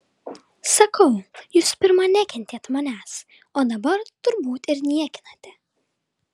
sakau jūs pirma nekentėt manęs o dabar turbūt ir niekinate